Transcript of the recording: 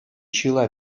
чылай